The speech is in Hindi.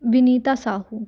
विनीता साहू